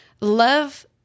love